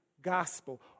gospel